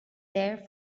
there